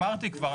אמרתי כבר,